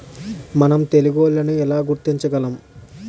మనం తెగుళ్లను ఎలా గుర్తించగలం?